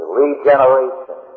regeneration